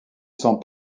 sans